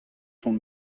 sont